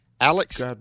alex